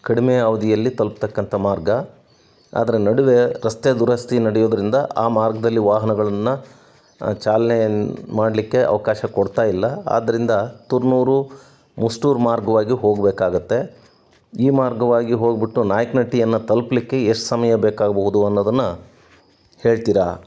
ಕಡಿಮೆ ಅವಧಿಯಲ್ಲಿ ತಲುಪ್ತಕ್ಕಂಥ ಮಾರ್ಗ ಅದರ ನಡುವೆ ರಸ್ತೆ ದುರಸ್ತಿ ನಡೆಯುದ್ರಿಂದ ಆ ಮಾರ್ಗದಲ್ಲಿ ವಾಹನಗಳನ್ನು ಚಾಲನೆ ಮಾಡಲಿಕ್ಕೆ ಅವಕಾಶ ಕೊಡ್ತಾಯಿಲ್ಲ ಆದ್ದರಿಂದ ತುರ್ನೂರು ಮುಸ್ಟೂರು ಮಾರ್ಗವಾಗಿ ಹೋಗಬೇಕಾಗತ್ತೆ ಈ ಮಾರ್ಗವಾಗಿ ಹೋಗಿಬಿಟ್ಟು ನಾಯಕನಟ್ಟಿಯನ್ನ ತಲುಪ್ಲಿಕ್ಕೆ ಎಷ್ಟು ಸಮಯ ಬೇಕಾಗಬಹುದು ಅನ್ನೋದನ್ನು ಹೇಳ್ತೀರಾ